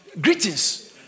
Greetings